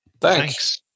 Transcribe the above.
Thanks